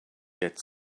get